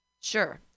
Sure